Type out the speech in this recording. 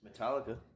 Metallica